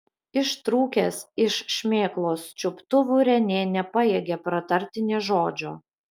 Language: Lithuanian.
ištrūkęs iš šmėklos čiuptuvų renė nepajėgė pratarti nė žodžio